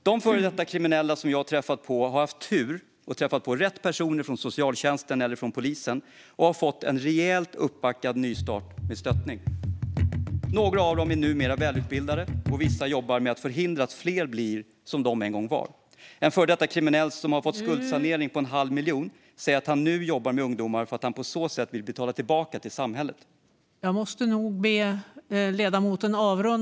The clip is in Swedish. De före detta kriminella som jag har träffat på har haft turen att träffa rätt personer från socialtjänsten eller från polisen och har fått en rejält uppbackad nystart med stöttning. Några av dem är numera välutbildade, och vissa jobbar med att förhindra att fler blir som de en gång var. En före detta kriminell som fått skuldsanering på en halv miljon säger att han nu jobbar med ungdomar för att han på så sätt vill betala tillbaka till samhället.